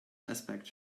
aspect